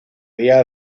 día